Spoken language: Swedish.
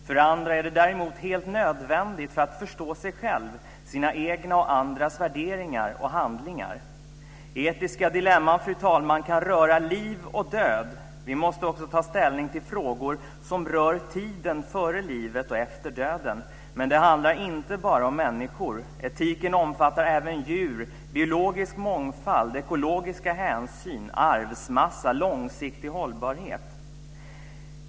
För andra är de däremot helt nödvändiga för att man ska förstå sig själv liksom sina egna och andras värderingar och handlingar. Fru talman! Etiska dilemman kan röra liv och död. Vi måste också ta ställning till frågor som rör tiden före livet och efter döden. Men det handlar inte bara om människor. Etiken omfattar även djur, biologisk mångfald, ekologiska hänsyn, arvsmassa och långsiktig hållbarhet.